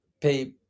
pay